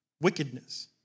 wickedness